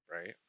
Right